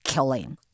Killing